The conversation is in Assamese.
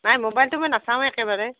নাই ম'বাইলটো মই নাচাৱেই একেবাৰে